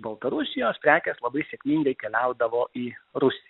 baltarusijos prekės labai sėkmingai keliaudavo į rusiją